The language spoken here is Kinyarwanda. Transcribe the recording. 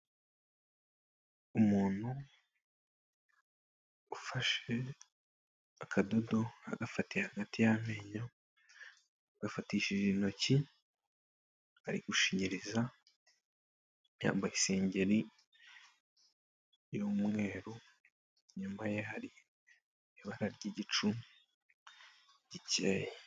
Umuntu ufashe akadodo agafatiye hagati y'amenyo, agafatishije intoki, arigushinyiriza, yambaye ibasengeri y'umweruru, inyuma ye hari ibara ry'igicu gikeye.